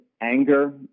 anger